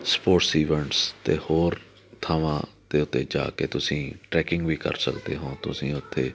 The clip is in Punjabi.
ਸਪੋਰਟਸ ਈਵੈਂਟਸ ਅਤੇ ਹੋਰ ਥਾਵਾਂ ਦੇ ਉੱਤੇ ਜਾ ਕੇ ਤੁਸੀਂ ਟਰੈਕਿੰਗ ਵੀ ਕਰ ਸਕਦੇ ਹੋ ਤੁਸੀਂ ਉੱਥੇ